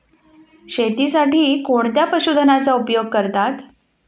शेतीसाठी कोणत्या पशुधनाचा उपयोग करतात?